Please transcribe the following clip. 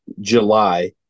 July